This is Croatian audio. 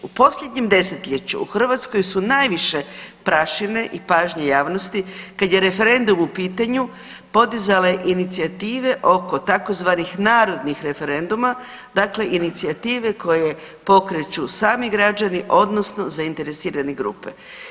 U posljednjem desetljeću u Hrvatskoj su najviše prašine i pažnje javnosti kad je referendum u pitanju podizale inicijative oko tzv. narodnih referenduma, dakle inicijative koje pokreću sami građani odnosno zainteresirane grupe.